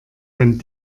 wenn